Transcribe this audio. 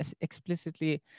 explicitly